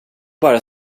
bara